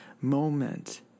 moment